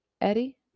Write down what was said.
Eddie